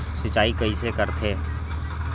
सिंचाई कइसे करथे?